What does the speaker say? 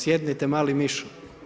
Sjednite, mali mišu?